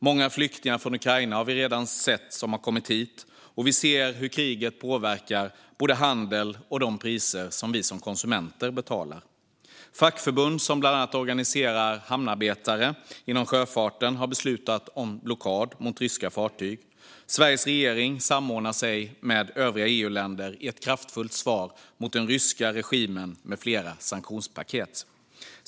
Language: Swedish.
Många flyktingar från Ukraina har redan kommit hit. Vi ser hur kriget påverkar handel och de priser som vi som konsumenter betalar. Fackförbund som bland annat organiserar hamnarbetare inom sjöfarten har beslutat om blockad mot ryska fartyg. Sveriges regering samordnar sig med övriga EU-länder i ett kraftfullt svar mot den ryska regimen med flera sanktionspaket.